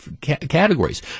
categories